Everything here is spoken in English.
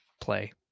play